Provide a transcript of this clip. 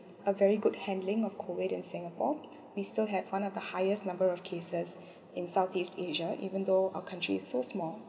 a very good handling of COVID in singapore we still have one of the highest number of cases in southeast asia even though our country is so small